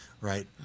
right